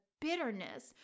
bitterness